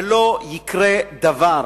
ולא יקרה דבר.